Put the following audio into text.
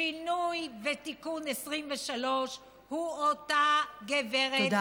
שינוי ותיקון 23 הוא אותה גברת, תודה רבה.